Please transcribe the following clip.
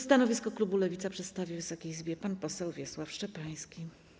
Stanowisko klubu Lewica przedstawi Wysokiej Izbie pan poseł Wiesław Szczepański.